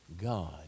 God